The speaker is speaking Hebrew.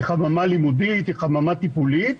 היא חממה לימודית, היא חממה טיפולית,